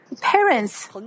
Parents